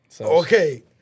Okay